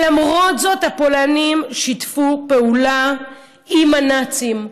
למרות זאת, הפולנים שיתפו פעולה עם הנאצים,